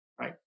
right